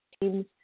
teams